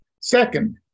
Second